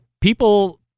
people